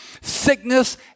Sickness